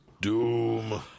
Doom